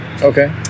Okay